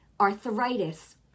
Arthritis